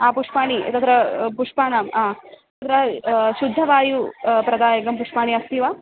आ पुष्पाणि तत्र पुष्पाणां हा त शुद्धवायुः प्रदायकं पुष्पाणि अस्ति वा